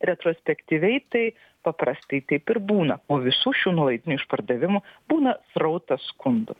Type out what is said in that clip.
retrospektyviai tai paprastai taip ir būna po visų šių nuolaidinių išpardavimų būna srautas skundų